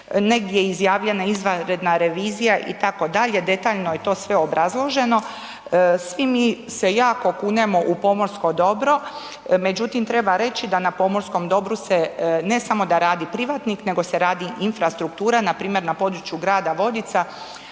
negdje je izjavljena izvanredna revizija itd., detaljno je to sve obrazloženo. Svi mi se jako kunemo u pomorsko dobro međutim treba reći da na pomorskom dobru se ne samo da radi privatnik nego se radi infrastruktura npr. na području grada Vodica,